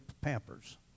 Pampers